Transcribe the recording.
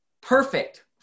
Perfect